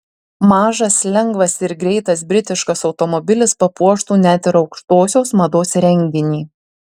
mažas lengvas ir greitas britiškas automobilis papuoštų net ir aukštosios mados renginį